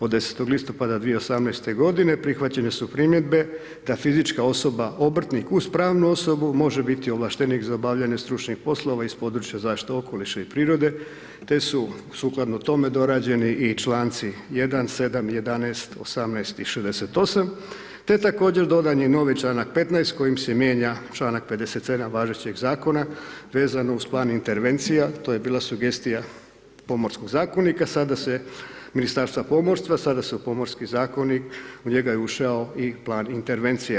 Od 10. listopada 2018. godine, prihvaćene su primjedbe da fizička osoba, obrtnik uz pravnu osobu može biti ovlaštenik za obavljanje stručnih poslova iz područja zaštite okoliša i prirode te su sukladno tome dorađeni čl. 1., 7., 11., 18. i 68. te također, dodan je novi čl. 15. kojim se mijenja čl. 57. važećeg zakona vezano uz plan intervencija, to je bila sugestija Pomorskog zakonika, sada se Ministarstva pomorstva, sada su Pomorski zakoni, u njega je ušao i plan intervencija.